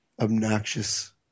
obnoxious